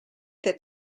that